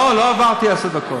לא, לא עברתי עשר דקות.